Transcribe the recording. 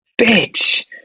bitch